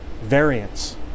variants